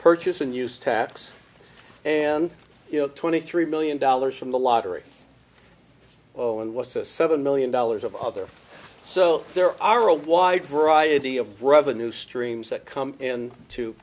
purchase and use tax and you know twenty three million dollars from the lottery oh and was seven million dollars of other so there are a wide variety of revenue streams that come in to